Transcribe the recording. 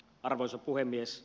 arvoisa puhemies